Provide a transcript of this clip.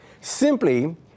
Simply